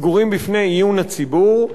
סגורים בפני עיון הציבור.